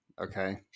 okay